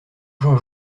jean